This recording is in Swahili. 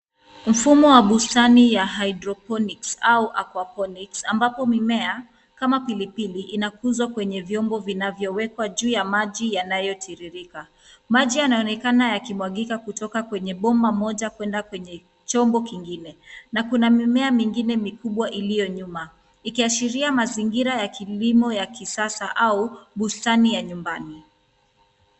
Mfumo wa bustani ya hydoponics au aquaponics ambapo mimea kama pilipili inakuzwa kwenye vyombo vinavyowekwa juu ya maji yanayotirirka. Maji yanaonekana yakimwagika kutoka kwenye bomba moja kwenda kwenye chombo kingine. na kuna mimea mingine mikubwa iliyo nyuma, ikiashiria mazingira ya kilimo cha kisasa au bustani ya nyumbani.